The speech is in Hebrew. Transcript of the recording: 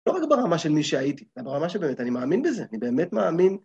לא רק ברמה של מי שהייתי, אלא ברמה שבאמת אני מאמין בזה, אני באמת מאמין.